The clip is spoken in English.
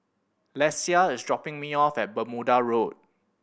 Lesia is dropping me off at Bermuda Road